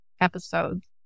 episodes